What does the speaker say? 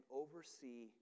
oversee